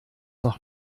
noch